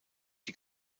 die